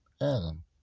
Adam